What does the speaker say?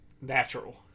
natural